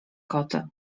koty